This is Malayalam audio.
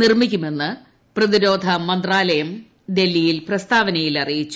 രൂപീകരിക്കുമെന്ന് പ്രതിരോധ മന്ത്രാലയം ഡൽഹിയിൽ പ്രസ്താവനയിൽ അറിയിച്ചു